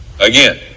again